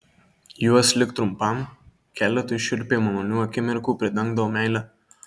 juos lik trumpam keletui šiurpiai malonių akimirkų pridengdavo meile